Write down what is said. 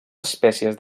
espècies